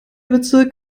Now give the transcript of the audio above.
bezirk